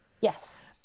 yes